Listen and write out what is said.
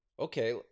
Okay